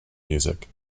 music